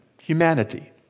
humanity